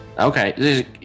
Okay